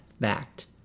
fact